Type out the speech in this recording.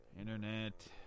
Internet